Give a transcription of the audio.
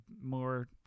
more